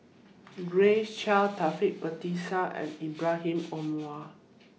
Grace Chia Taufik Batisah and Ibrahim Omar